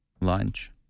lunch